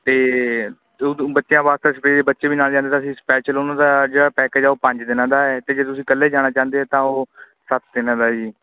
ਅਤੇ ਉੱਦੋਂ ਬੱਚਿਆਂ ਵਾਸਤੇ ਵੀ ਬੱਚੇ ਵੀ ਨਾਲ ਜਾਂਦੇ ਤਾਂ ਅਸੀਂ ਸਪੈਂਸਲ ਉਹਨਾਂ ਦਾ ਜਿਹੜਾ ਪੈਕਜ ਆਉਹ ਪੰਜ ਦਿਨਾਂ ਦਾ ਹੈ ਅਤੇ ਜੇ ਤੁਸੀਂ ਇਕੱਲੇ ਜਾਣਾ ਚਾਹੁੰਦੇ ਹੋ ਤਾਂ ਉਹ ਸੱਤ ਦਿਨਾਂ ਦਾ ਹੈ ਜੀ